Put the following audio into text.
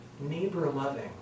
neighbor-loving